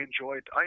enjoyed